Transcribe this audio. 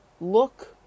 look